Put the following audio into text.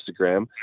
Instagram